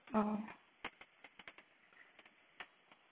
oh